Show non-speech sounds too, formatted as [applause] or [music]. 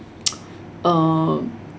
[noise] uh